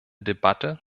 debatte